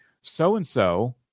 so-and-so